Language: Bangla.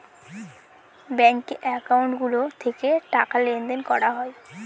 ব্যাঙ্কে একাউন্ট গুলো থেকে টাকা লেনদেন করা হয়